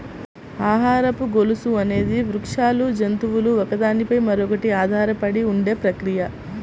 ఆహారపు గొలుసు అనేది వృక్షాలు, జంతువులు ఒకదాని పై మరొకటి ఆధారపడి ఉండే ప్రక్రియ